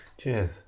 Cheers